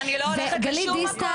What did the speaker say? ואני לא הולכת לשום מקום.